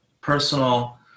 personal